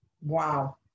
wow